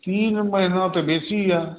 तीन महिना तऽ बेसी यऽ